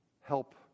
help